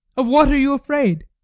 of what are you afraid?